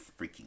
freaking